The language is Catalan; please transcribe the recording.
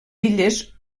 illes